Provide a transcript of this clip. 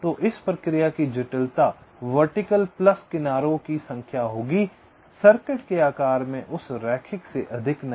तो इस प्रक्रिया की जटिलता वर्टिकल प्लस किनारों की संख्या होगी सर्किट के आकार में उस रैखिक से अधिक नहीं